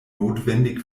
notwendig